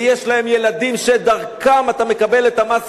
ויש להם ילדים שדרכם אתה מקבל את המס